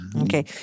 Okay